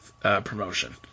promotion